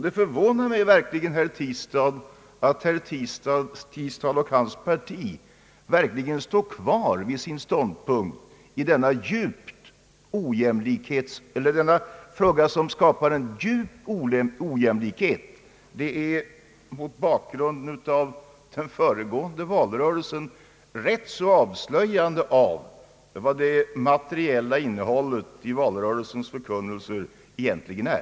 Det förvånar mig, herr Tistad, att herr Tistad och hans parti verkligen står kvar vid sin ståndpunkt i denna fråga, som skapar en djup brist på jämlikhet. Det är mot bakgrunden av den senaste valrörelsen rätt avslöjande för vad det materiella innehållet i valrörelsens förkunnelse egentligen är.